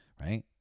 right